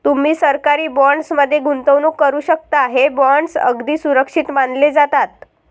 तुम्ही सरकारी बॉण्ड्स मध्ये गुंतवणूक करू शकता, हे बॉण्ड्स अगदी सुरक्षित मानले जातात